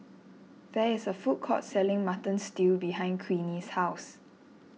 there is a food court selling Mutton Stew behind Queenie's house